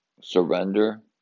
surrender